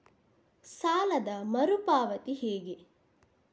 ಸಾಲದ ಮರು ಪಾವತಿ ಹೇಗೆ?